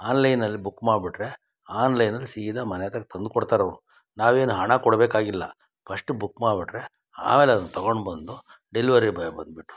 ಆನ್ಲೈನಲ್ಲಿ ಬುಕ್ ಮಾಡ್ಬಿಟ್ಟ್ರೆ ಆನ್ಲೈನಲ್ಲಿ ಸೀದಾ ಮನೆ ತಂಕ್ ತಂದುಕೊಡ್ತಾರವ್ರು ನಾವೇನು ಹಣ ಕೊಡಬೇಕಾಗಿಲ್ಲ ಫಶ್ಟು ಬುಕ್ ಮಾಡ್ಬಿಟ್ರೆ ಆಮೇಲೆ ಅದನ್ನ ತಗೊಂಡು ಬಂದು ಡೆಲಿವರಿ ಬಾಯ್ ಬಂದುಬಿಟ್ಟು